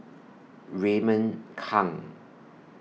Raymond Kang